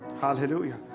Hallelujah